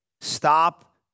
stop